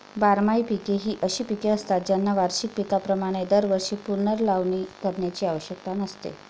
बारमाही पिके ही अशी पिके असतात ज्यांना वार्षिक पिकांप्रमाणे दरवर्षी पुनर्लावणी करण्याची आवश्यकता नसते